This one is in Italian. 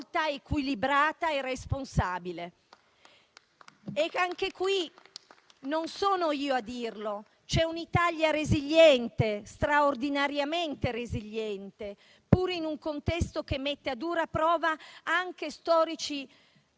Anche qui non sono io a dirlo: c'è un'Italia resiliente, straordinariamente resiliente, pure in un contesto che mette a dura prova storici punti